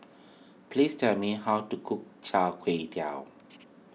please tell me how to cook Char Kway Teow